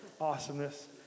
awesomeness